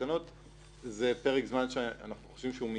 אפשר לקצוב את זה לכמה תקופות.